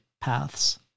paths